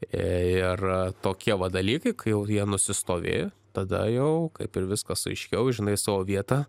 ir tokie va dalykai kai jau vien nusistovėjo tada jau kaip ir viskas aiškiau žinai savo vietą